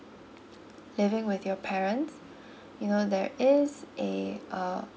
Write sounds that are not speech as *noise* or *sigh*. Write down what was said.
living with your parents *breath* you know there is a uh